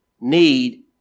need